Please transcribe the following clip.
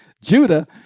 Judah